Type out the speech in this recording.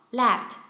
,left